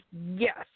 yes